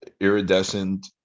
iridescent